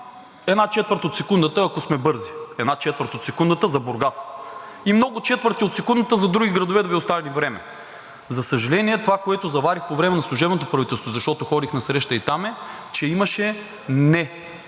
една четвърт от секундата, ако сме бързи – една четвърт от секундата за Бургас и много четвърти от секундата за други градове да Ви остане време. За съжаление, това, което заварих по време на служебното правителство, защото ходих на среща и там, е, че имаше